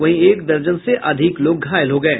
वहीं एक दर्जन से अधिक लोग घायल हो गये